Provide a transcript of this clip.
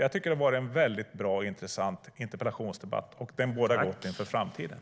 Jag tycker att det har varit en bra och intressant interpellationsdebatt. Den bådar gott inför framtiden.